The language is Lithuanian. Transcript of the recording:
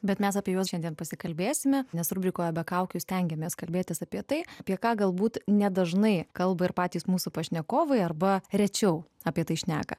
bet mes apie juos šiandien pasikalbėsime nes rubrikoje be kaukių stengiamės kalbėtis apie tai apie ką galbūt ne dažnai kalba ir patys mūsų pašnekovai arba rečiau apie tai šneką